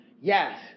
Yes